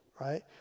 right